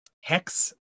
hex